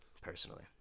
personally